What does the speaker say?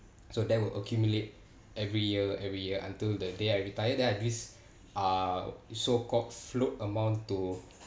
so that would accumulate every year every year until the day I retire then I have this so called float amount to